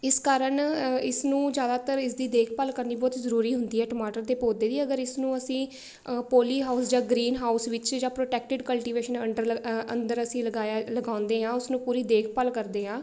ਇਸ ਕਾਰਨ ਇਸ ਨੂੰ ਜ਼ਿਆਦਾਤਰ ਇਸਦੀ ਦੇਖਭਾਲ ਕਰਨੀ ਬਹੁਤ ਜ਼ਰੂਰੀ ਹੁੰਦੀ ਹੈ ਟਮਾਟਰ ਦੇ ਪੌਦੇ ਦੀ ਅਗਰ ਇਸ ਨੂੰ ਅਸੀਂ ਪੋਲੀ ਹਾਊਸ ਜਾਂ ਗਰੀਨ ਹਾਊਸ ਵਿੱਚ ਜਾਂ ਪ੍ਰੋਟੈਕਟਿਡ ਕਲਟੀਵੇਸ਼ਨ ਅੰਡਰ ਅੰਦਰ ਅਸੀਂ ਲਗਾਇਆ ਲਗਾਉਂਦੇ ਹਾਂ ਉਸਨੂੰ ਪੂਰੀ ਦੇਖਭਾਲ ਕਰਦੇ ਹਾਂ